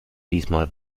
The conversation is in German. diesmal